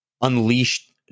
unleashed